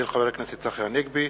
של חבר הכנסת צחי הנגבי.